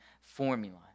formula